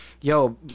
yo